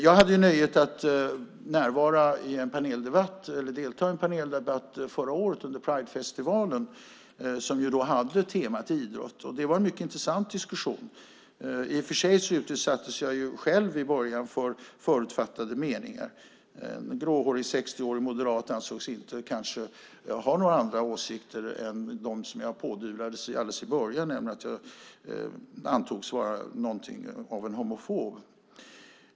Jag hade nöjet att delta i en paneldebatt under Pridefestivalen förra året som ju hade temat idrott. Det var en mycket intressant diskussion. Jag utsattes visserligen själv i början för förutfattade meningar. En gråhårig 60-årig moderat ansågs kanske inte ha några andra åsikter än dem som jag pådyvlades alldeles i början, det vill säga att jag antogs vara något av en homofob.